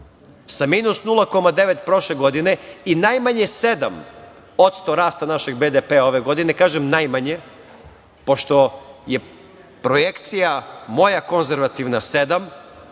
sa minus 0,9 prošle godine i najmanje 7% rasta našeg BDP ove godine. Kažem najmanje, pošto je projekcija moja konzervativna 7%,